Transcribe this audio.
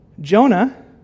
Jonah